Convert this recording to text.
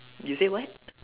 you say what